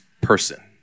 person